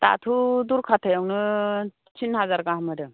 दाथ' दरखाथायावनो थिन हाजार गाहाम होदों